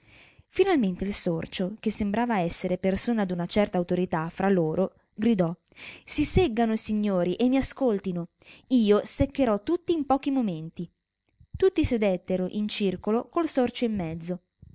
finalmente il sorcio che sembrava essere persona d'una certa autorità fra loro gridò si seggano signori e mi ascoltino io seccherò tutti in pochi momenti tutti sedettero in circolo col sorcio in mezzo